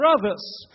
brothers